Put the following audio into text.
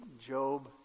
Job